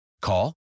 Call